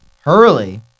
Hurley